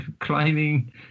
climbing